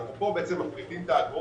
כאן אנחנו מפחיתים את האגרות.